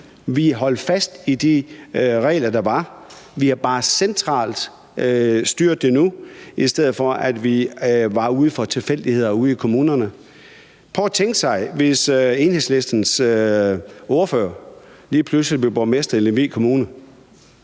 har holdt fast i de regler, der var – vi styrer det bare centralt nu, i stedet for at vi kunne komme ud for tilfældigheder ude i kommunerne. Man kan prøve at tænke sig, at Enhedslistens ordfører lige pludselig blev borgmester i Lemvig Kommune;